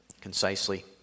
concisely